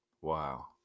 Wow